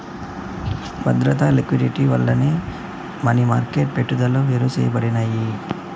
బద్రత, లిక్విడిటీ వల్లనే money market పెట్టుబడులు వేరుసేయబడినాయి